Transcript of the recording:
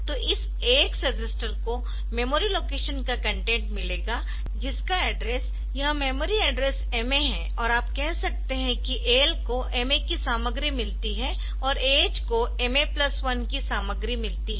तो इस AX register को मेमोरी लोकेशन का कंटेंट मिलेगा जिसका एड्रेस यह मेमोरी एड्रेस MA है और आप कह सकते है कि AL को MA की सामग्री मिलती है और AH को MA प्लस 1 की सामग्री मिलती है